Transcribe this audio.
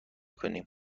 کنیم